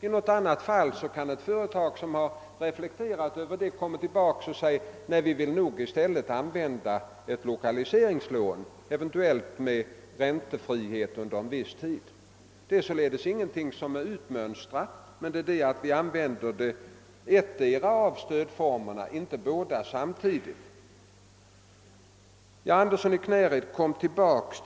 I något annat fall kan ett företag som reflekterat på att använda investeringsfonden ha kommit tillbaka och uttryckt önskan om att få ett lokaliseringslån, eventuellt med räntefrihet under en viss tid. Det rör sig således inte om någonting utmönstrat, men vi använder inte båda stödfonderna samtidigt. Herr Andersson i Knäred kom tillbaka.